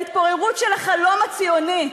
להתפוררות של החלום הציוני.